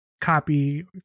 copy